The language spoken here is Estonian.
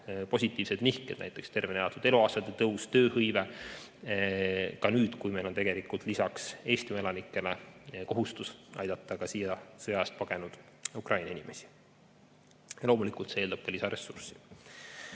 positiivseid nihked, näiteks tervena elatud eluaastate tõus, tööhõive, ka nüüd, kui meil on tegelikult lisaks Eesti elanikele kohustus aidata siia sõja eest pagenud Ukraina inimesi. Loomulikult see eeldab lisaressurssi.